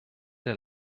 der